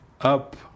up